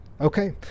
okay